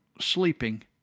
sleeping